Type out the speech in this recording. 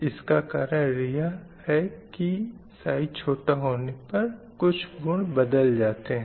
इसका कारण यह की साइज़ छोटा होने पर कुछ गुण भी बदल जाते हैं